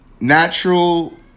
natural